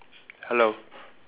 hello